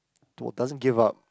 to doesn't give up